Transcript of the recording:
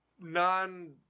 non